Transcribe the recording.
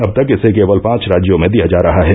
अब तक इसे केवल पांच राज्यों में दिया जा रहा है